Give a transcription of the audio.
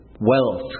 wealth